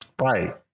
Right